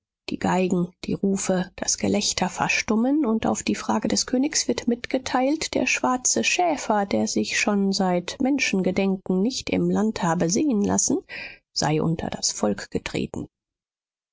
die geigen die rufe das gelächter verstummen und auf die frage des königs wird mitgeteilt der schwarze schäfer der sich schon seit menschengedenken nicht im land habe sehen lassen sei unter das volk getreten